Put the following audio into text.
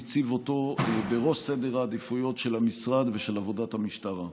הציב אותו בראש סדר העדיפויות של המשרד ושל עבודת המשטרה.